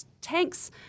tanks